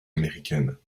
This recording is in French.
américaine